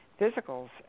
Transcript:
physicals